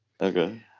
Okay